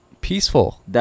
Peaceful